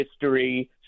history